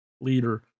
leader